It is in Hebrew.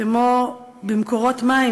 כמו במקורות מים,